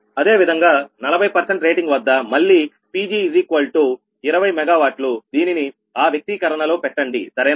అదేవిధంగా 40 రేటింగ్ వద్ద మళ్లీ Pg20 MWదీనిని ఆ వ్యక్తీకరణలో పెట్టండి సరేనా